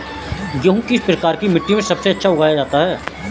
गेहूँ किस प्रकार की मिट्टी में सबसे अच्छा उगाया जाता है?